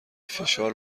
فشار